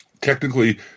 Technically